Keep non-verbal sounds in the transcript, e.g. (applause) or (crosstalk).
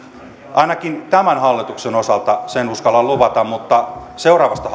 ainakin tämän hallituksen osalta sen uskallan luvata mutta seuraavasta (unintelligible)